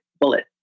bullet